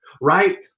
Right